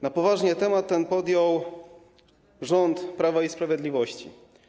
Na poważnie temat ten podjął rząd Prawa i Sprawiedliwości.